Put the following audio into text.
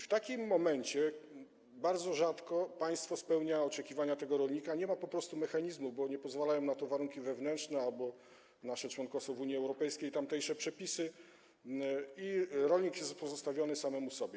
W takim momencie bardzo rzadko państwo spełniają oczekiwania tego rolnika, nie ma po prostu mechanizmu, bo nie pozwalają na to warunki wewnętrzne albo nasze członkostwo w Unii Europejskiej i tamtejsze przepisy, rolnik jest pozostawiony samemu sobie.